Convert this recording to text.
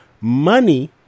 money